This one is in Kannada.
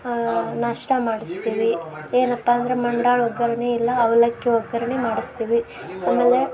ನಾಷ್ಟ ಮಾಡಿಸ್ತೀವಿ ಏನಪ್ಪ ಅಂದರೆ ಮಂಡಾಳ ಒಗ್ಗರಣೆ ಇಲ್ಲ ಅವಲಕ್ಕಿ ಒಗ್ಗರಣೆ ಮಾಡಿಸ್ತೀವಿ ಆಮೇಲೆ